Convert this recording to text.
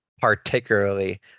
particularly